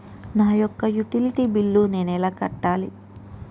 నా యొక్క utility bill నేను ఎలా కట్టాలి?